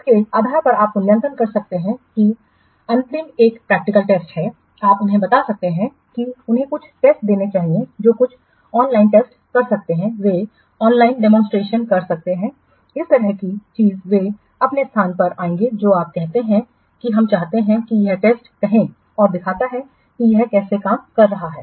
इसके आधार पर आप मूल्यांकन कर सकते हैं और अंतिम एक प्रैक्टिकल टेस्ट है आप उन्हें बता सकते हैं कि उन्हें कुछ टेस्ट देने चाहिए जो कुछ ऑनलाइन टेस्ट कर सकते हैं वे ऑनलाइन डेमोंसट्रेशन कर सकते हैं इस तरह की चीज वे आपके स्थान पर आएंगे जो आप कहते हैं कि हम चाहते हैं कि यह टेस्ट कहे और दिखाता है कि यह कैसे काम कर रहा है